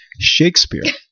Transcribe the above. Shakespeare